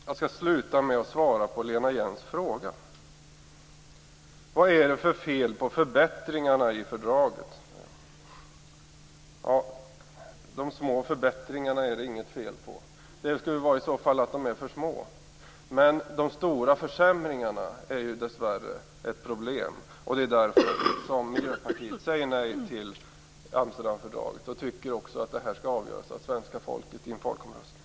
Jag skall till slut svara på Lena Hjelm-Walléns fråga vad det är för fel på förbättringarna i fördraget. De små förbättringarna är det inget fel på - det skulle i så fall vara att de är för små - men de stora försämringarna är ju dessvärre ett problem, och det är därför som Miljöpartiet säger nej till Amsterdamfördraget och tycker att det skall avgöras av svenska folket i en folkomröstning.